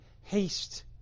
haste